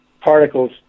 particles